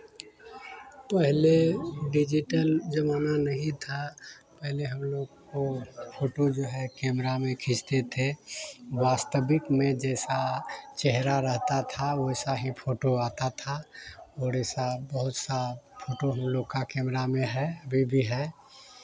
पहले डिज़िटल ज़माना नहीं था पहले हम लोग को फोटो जो है कैमरा में खींचते थे वास्तविक में जैसा चेहरा रहता था वैसा ही फोटो आता था थोड़े सा बहुत सा फोटो हम लोग के कैमरा में है अभी भी है